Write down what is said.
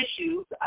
issues